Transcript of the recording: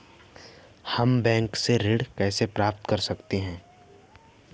हम बैंक से ऋण कैसे प्राप्त कर सकते हैं?